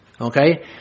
okay